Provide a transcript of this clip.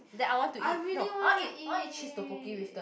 I really want to eat